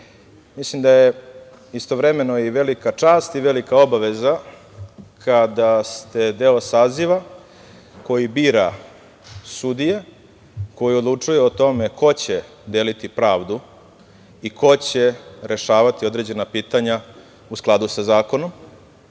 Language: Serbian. da je istovremeno i velika čast i velika obaveza, kada ste deo saziva koji bira sudije i koji odlučuje o tome ko će deliti pravdu i ko će rešavati određena pitanja u skladu sa zakonom,